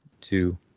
two